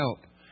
help